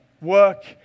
work